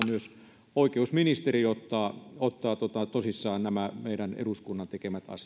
myös oikeusministeri ottaa ottaa tosissaan nämä eduskunnan tekemät